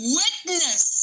witness